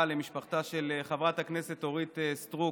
למשפחתה של חברת הכנסת אורית סטרוק,